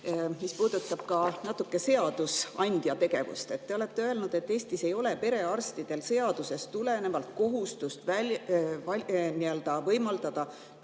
mis puudutab natuke seadusandja tegevust. Te olete öelnud, et Eestis ei ole perearstidel seadusest tulenevalt kohustust võimaldada